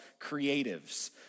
creatives